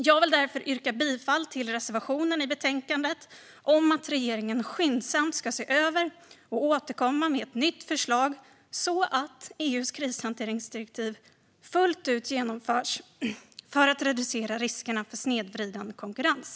Jag vill därför yrka bifall till reservationen i betänkandet om att regeringen skyndsamt ska se över detta och återkomma med ett nytt förslag så att EU:s krishanteringsdirektiv fullt ut genomförs för att reducera riskerna för snedvriden konkurrens.